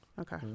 Okay